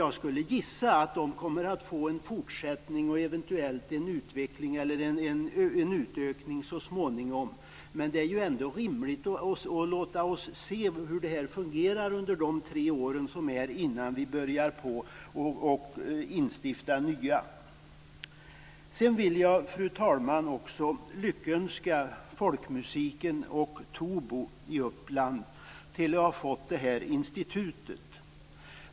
Jag skulle gissa att de kommer att få en fortsättning, eller eventuellt en utveckling eller utökning så småningom. Men det är rimligt att låta oss se hur detta fungerar inom de här tre åren innan vi börjar instifta nya saker. Fru talman! Jag vill lyckönska folkmusiken och Tobo i Uppland till institutet.